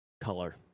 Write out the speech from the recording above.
color